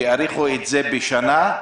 שיאריכו את זה בשנה,